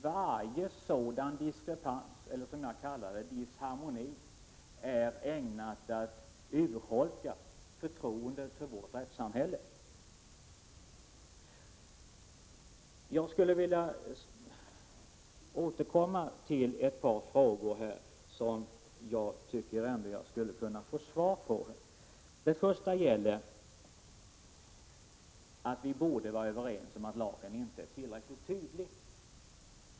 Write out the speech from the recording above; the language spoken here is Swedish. Varje sådan diskrepans eller, som jag kallar det, disharmoni är ägnad att urholka förtroendet för vårt rättssamhälle. Jag skulle vilja återkomma till ett par frågor som jag tycker att jag borde kunna få svar på. Den första gäller att vi borde vara överens om att lagen inte är tillräckligt tydlig.